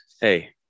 hey